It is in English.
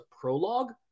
prologue